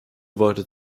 worte